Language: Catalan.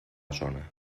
zona